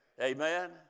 Amen